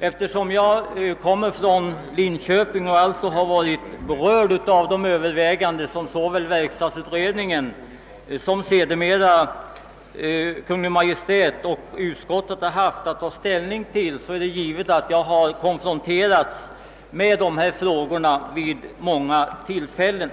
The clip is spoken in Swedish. Eftersom jag är bosatt i Linköping och alltså har tagit del av de överväganden som såväl verkstadsutredningen som =<:sedermera Kungl. Maj:t och utskottet har haft att ta ställning till, är det givet att jag har konfronterats med dessa spörsmål vid flera tillfällen.